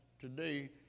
today